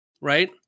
right